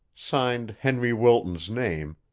signed henry wilton's name,